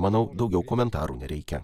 manau daugiau komentarų nereikia